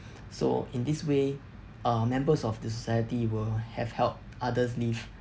so in this way uh members of the society will have helped others live